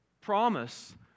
promise